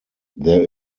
there